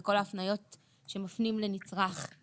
וכל ההפניות שמפנים לנצרך,